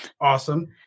Awesome